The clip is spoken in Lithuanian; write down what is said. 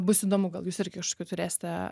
bus įdomu gal jūs irgi kažkokių turėsite